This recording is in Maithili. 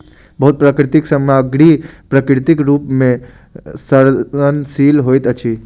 बहुत प्राकृतिक सामग्री प्राकृतिक रूप सॅ सड़नशील होइत अछि